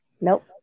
nope